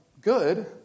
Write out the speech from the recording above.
good